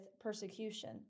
persecution